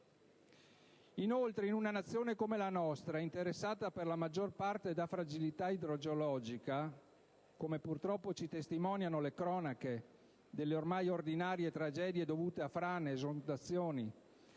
Inoltre, in una Nazione come la nostra, interessata per la maggior parte da fragilità idrogeologica, come purtroppo ci testimoniano le cronache delle ormai ordinarie tragedie dovute a frane ed esondazioni,